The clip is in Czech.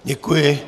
Děkuji.